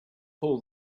pull